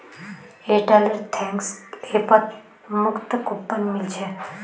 Airtel thanks ऐपत मुफ्त coupon मिल छेक